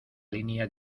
línea